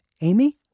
Amy